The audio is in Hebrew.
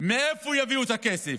מאיפה יביאו את הכסף?